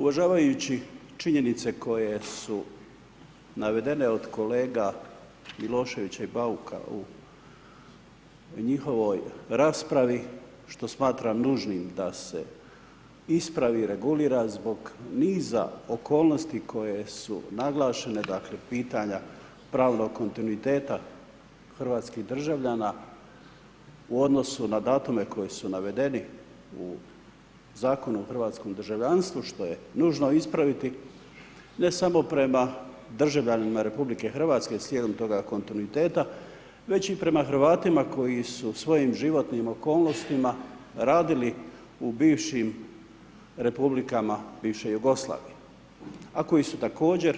Uvažavajući činjenice koje su navedene od kolega Miloševića i Bauka u njihovoj raspravi, što smatram nužnim da se ispravi i regulira zbog niza okolnosti koje su naglašene dakle pitanja pravnog kontinuiteta hrvatskih državljana u odnosu na datume koji su navedeni u Zakonu o hrvatskom državljanstvu što je nužno ispraviti, ne samo prema državljanima RH, slijedom toga kontinuiteta, već i prema Hrvatima koji su svojim životnim okolnostima, radili u bivšim republikama bivše Jugoslovija, a koji su također,